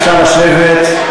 אפשר לשבת.